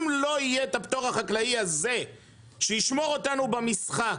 אם לא יהיה את הפטור החקלאי הזה שישמור אותנו במשחק,